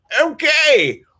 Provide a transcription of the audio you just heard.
okay